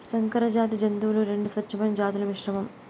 సంకరజాతి జంతువులు రెండు స్వచ్ఛమైన జాతుల మిశ్రమం